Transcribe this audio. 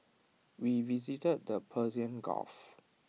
we visited the Persian gulf